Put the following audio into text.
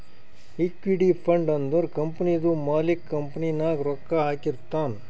equity fund ಅಂದುರ್ ಕಂಪನಿದು ಮಾಲಿಕ್ಕ್ ಕಂಪನಿ ನಾಗ್ ರೊಕ್ಕಾ ಹಾಕಿರ್ತಾನ್